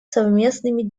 совместными